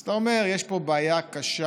אתה אומר: יש פה בעיה קשה,